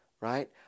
right